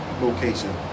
location